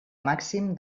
màxim